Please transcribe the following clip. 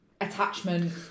attachment